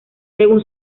según